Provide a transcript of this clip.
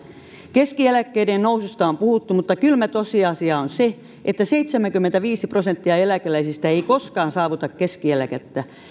keskieläkkeiden noususta on puhuttu mutta kylmä tosiasia on se että seitsemänkymmentäviisi prosenttia eläkeläisistä ei koskaan saavuta keskieläkettä